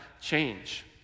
change